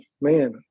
man